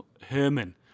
Herman